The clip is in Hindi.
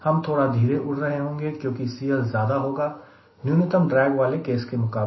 हम थोड़ा धीरे उड़ रहे होंगे क्योंकि CL ज्यादा होगा न्यूनतम ड्रैग वाले केस के मुकाबले